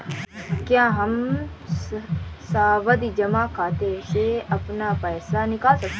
क्या हम सावधि जमा खाते से अपना पैसा निकाल सकते हैं?